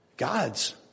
God's